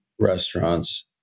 restaurants